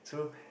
so